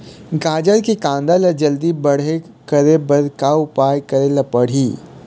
गाजर के कांदा ला जल्दी बड़े करे बर का उपाय करेला पढ़िही?